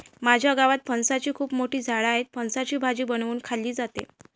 माझ्या गावात फणसाची खूप मोठी झाडं आहेत, फणसाची भाजी बनवून खाल्ली जाते